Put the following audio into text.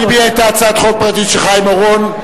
אם היא היתה הצעת חוק פרטית של חיים אורון,